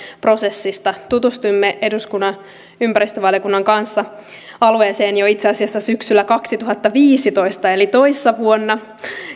prosessista tutustuimme eduskunnan ympäristövaliokunnan kanssa alueeseen jo itse asiassa syksyllä kaksituhattaviisitoista eli toissa vuonna